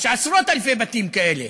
יש עשרות-אלפי בתים כאלה.